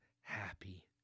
happy